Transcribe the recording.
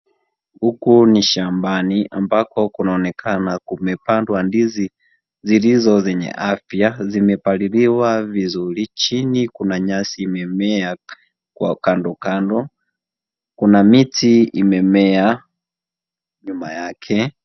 Huku ni shambani ambako kumeonekana kumepandwa ndizi zilizo zenye afya, zimepaliliwa vizuri, chini kuna nyasi imemea kwa kando kando. Kuna miti imemea nyuma yake.